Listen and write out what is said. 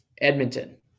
Edmonton